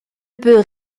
peut